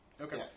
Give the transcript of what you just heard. Okay